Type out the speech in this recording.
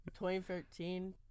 2013